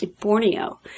Borneo